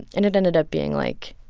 and it ended up being, like,